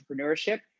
entrepreneurship